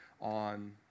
on